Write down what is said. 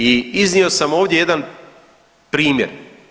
I iznio sam ovdje jedan primjer.